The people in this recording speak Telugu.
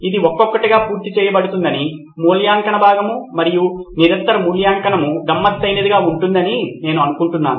ఇది ఒక్కొక్కటిగా పూర్తి చేయబడిందని మూల్యాంకన భాగము మరియు నిరంతర మూల్యాంకనం గమ్మత్తైనదిగా ఉంటుంది అని నేను అనుకుంటున్నాను